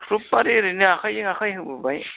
फ्रुब मानि ओरैनो आखायजों आखाय होबोबाय